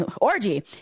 orgy